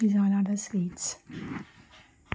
these are all the sweets